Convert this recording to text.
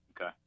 Okay